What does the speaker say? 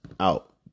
out